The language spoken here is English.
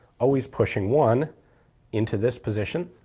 always pushing one into this position.